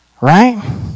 right